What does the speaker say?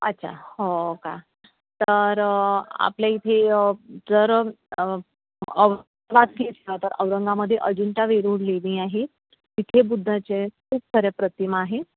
अच्छा हो का तर आपल्या इथे जर वा तर औरंगामध्ये अजिंठा वेरूळ लेणी आहे तिथे बुद्धाचे खूप साऱ्या प्रतिमा आहेत